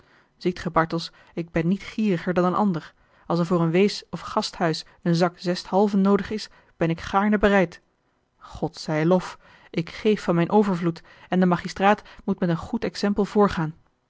ziet ge bartels ik ben niet gieriger dan een ander als er voor een wees of gasthuis een zak zesthalven noodig is ben ik gaarne bereid god zij lof ik geef van mijn overvloed en de magistraat moet met een goed exempel voorgaan